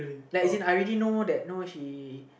like as in I already know that know she